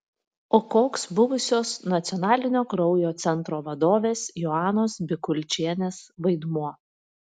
o koks buvusios nacionalinio kraujo centro vadovės joanos bikulčienės vaidmuo